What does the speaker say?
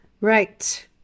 Right